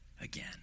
again